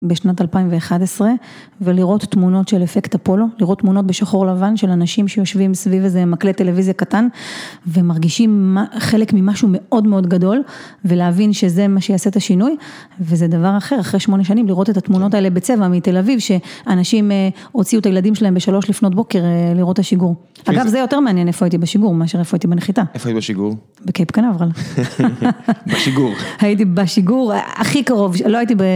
בשנת 2011, ולראות תמונות של אפקט אפולו, לראות תמונות בשחור לבן של אנשים שיושבים סביב איזה מקלט טלוויזיה קטן, ומרגישים חלק ממשהו מאוד מאוד גדול, ולהבין שזה מה שיעשה את השינוי, וזה דבר אחר, אחרי שמונה שנים לראות את התמונות האלה בצבע מתל אביב, שאנשים הוציאו את הילדים שלהם בשלוש לפנות בוקר לראות את השיגור. אגב, זה יותר מעניין איפה הייתי בשיגור, מאשר איפה הייתי בנחיתה. איפה היית בשיגור? בקייפ קנברל.